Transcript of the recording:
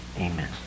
amen